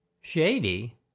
shady